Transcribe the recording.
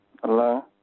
Hello